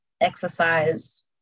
exercise